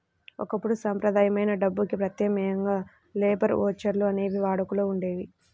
ఒకప్పుడు సంప్రదాయమైన డబ్బుకి ప్రత్యామ్నాయంగా లేబర్ ఓచర్లు అనేవి వాడుకలో ఉండేయి